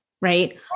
Right